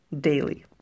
daily